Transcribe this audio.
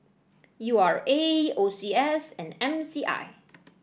U R A O C S and M C I